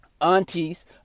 Aunties